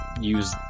use